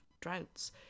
droughts